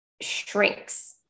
shrinks